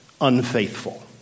unfaithful